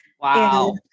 Wow